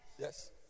Yes